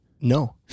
No